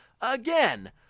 again